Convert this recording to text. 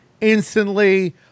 instantly